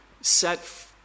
set